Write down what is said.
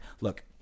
look